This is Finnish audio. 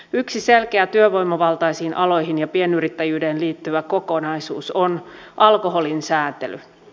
yksi selkeä työvoimavaltaisiin aloihin ja pienyrittäjyyteen liittyvä kokonaisuus on alkoholin sääntely